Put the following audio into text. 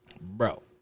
Bro